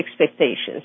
expectations